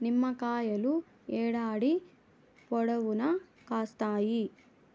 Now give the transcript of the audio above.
నిమ్మకాయలు ఏడాది పొడవునా కాస్తాయి